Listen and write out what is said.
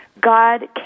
God